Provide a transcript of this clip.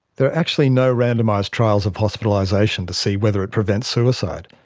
there are actually no randomised trials of hospitalisation to see whether it prevents suicide.